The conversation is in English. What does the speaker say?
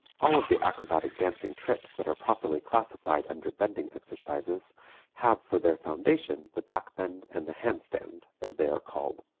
all of the acrobatic dancing tricks that are properly classified under bending exercises have for their foundation the back bend and the hand stand, as they are called,